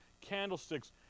candlesticks